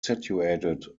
situated